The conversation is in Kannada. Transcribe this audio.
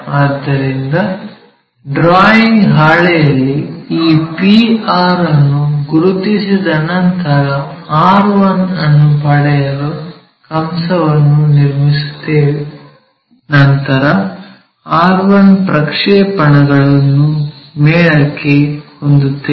ಆದ್ದರಿಂದ ಡ್ರಾಯಿಂಗ್ ಹಾಳೆಯಲ್ಲಿ ಈ p r ಅನ್ನು ಗುರುತಿಸಿದ ನಂತರ r1 ಅನ್ನು ಪಡೆಯಲು ಕಂಸವನ್ನು ನಿರ್ಮಿಸುತ್ತೇವೆ ನಂತರ r1 ಪ್ರಕ್ಷೇಪಣಗಳನ್ನು ಮೇಲಕ್ಕೆ ಹೊಂದುತ್ತೇವೆ